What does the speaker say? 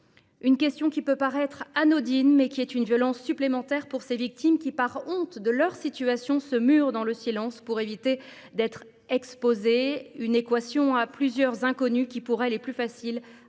Ces questions peuvent paraître anodines, mais elles sont une violence supplémentaire faite à ces victimes, qui, par honte de leur situation, se murent dans le silence pour éviter d’être exposées. Cette équation à plusieurs inconnues est, pour elles, plus facile à résoudre